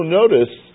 notice